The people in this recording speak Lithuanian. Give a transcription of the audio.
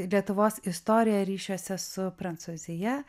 lietuvos istorija ryšiuose su prancūzija